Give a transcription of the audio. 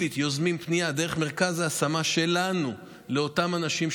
יוזמים אקטיבית פנייה דרך מרכז ההשמה שלנו לאותם אנשים,